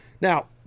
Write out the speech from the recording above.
Now